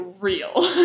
real